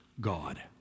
God